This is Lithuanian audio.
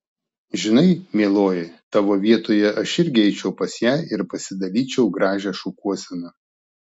žinai mieloji tavo vietoje aš irgi eičiau pas ją ir pasidalyčiau gražią šukuoseną